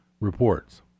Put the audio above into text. Reports